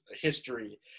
history